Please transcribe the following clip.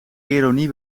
ironie